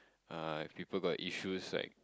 uh if people got issues like